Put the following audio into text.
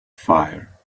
fire